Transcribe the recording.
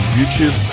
YouTube